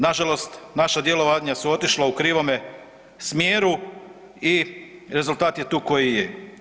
Na žalost naša djelovanja su otišla u krivome smjeru i rezultat je tu koji je.